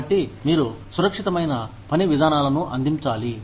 కాబట్టి మీరు సురక్షితమైన పని విధానాలను అందించాలి